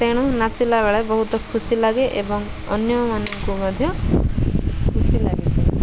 ତେଣୁ ନାଚିଲା ବେଳେ ବହୁତ ଖୁସି ଲାଗେ ଏବଂ ଅନ୍ୟମାନଙ୍କୁ ମଧ୍ୟ ଖୁସି ଲାଗେ